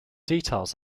details